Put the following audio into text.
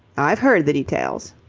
i've heard the details.